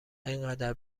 انقدر